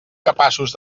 capaços